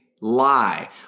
lie